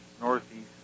northeast